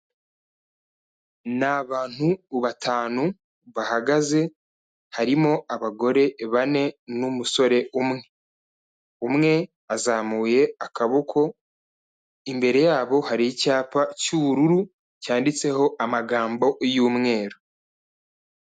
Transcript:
Ni abantu batanu bahagaze harimo abagore bane n'umusore umwe. Umwe azamuye akaboko, imbere yabo hari icyapa cy'ubururu, cyanditseho amagambo y'umweru.